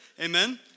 Amen